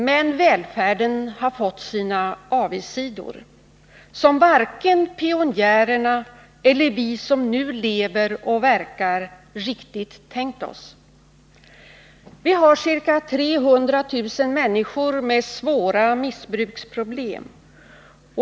Men välfärden har fått sina avigsidor, som varken pionjärerna eller vi som nu lever och verkar riktigt tänkt oss. Vi har ca 300 000 människor med svåra missbruksproblem.